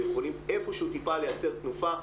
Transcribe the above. ויכולים איפשהו טיפה לייצר תנופה,